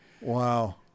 wow